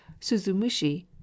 Suzumushi